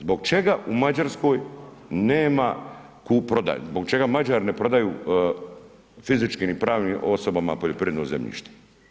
Zbog čega u Mađarskoj nema kupoprodaje, zbog čega Mađari ne prodaju fizičkim ni pravnim osobama poljoprivredno zemljište?